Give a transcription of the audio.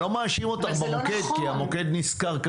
אני לא מאשים אותך במוקד, כי המוקד נשכר.